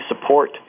support